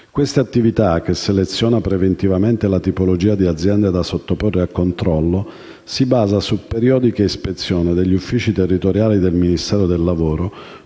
Questa attività, che seleziona preventivamente la tipologia di aziende da sottoporre a controllo, si basa su periodiche ispezioni degli uffici territoriali del Ministero del lavoro,